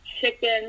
chicken